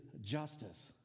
justice